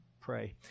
pray